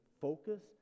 focus